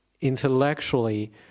intellectually